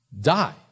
die